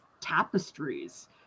tapestries